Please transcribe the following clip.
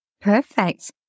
Perfect